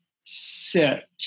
sit